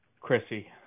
Chrissy